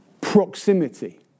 proximity